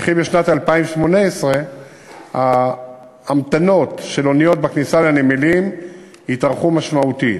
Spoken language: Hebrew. וכי בשנת 2018 ההמתנות של אוניות בכניסה לנמלים יתארכו משמעותית.